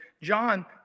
John